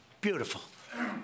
beautiful